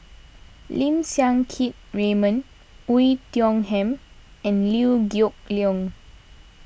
Lim Siang Keat Raymond Oei Tiong Ham and Liew Geok Leong